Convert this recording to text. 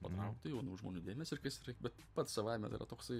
patraukti jaunų žmonių dėmesį ir kas yra bet pats savaime tai yra toksai